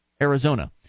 Arizona